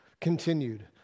continued